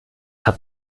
habt